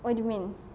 what do you mean